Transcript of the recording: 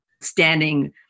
standing